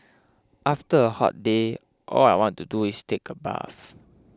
after a hot day all I want to do is take a bath